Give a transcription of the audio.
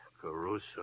Caruso